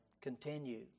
continue